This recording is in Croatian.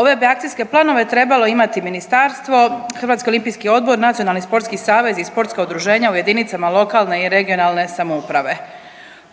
Ove bi akcijske planove trebalo imati ministarstvo, Hrvatski olimpijski odbor, Nacionalni sportski savez i sportska udruženja u jedinicama lokalne i regionalne samouprave.